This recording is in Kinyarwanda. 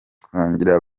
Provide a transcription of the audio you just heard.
kurangira